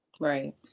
Right